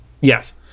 Yes